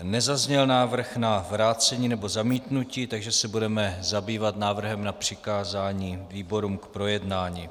Nezazněl návrh na vrácení nebo zamítnutí, takže se budeme zabývat návrhem na přikázání výborům k projednání.